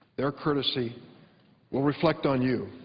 their courtesy will reflect on you,